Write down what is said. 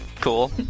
cool